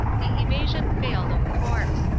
the evasion failed, of course.